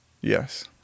Yes